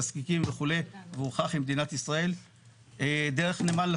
תסליקים וכו' והוא הכרחי למדינת ישראל.